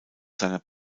seiner